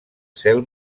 cel